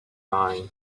mine